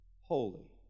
holy